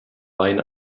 wein